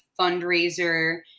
fundraiser